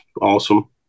awesome